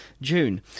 June